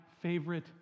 favorite